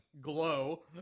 Glow